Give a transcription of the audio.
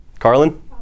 Carlin